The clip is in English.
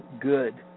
good